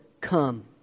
come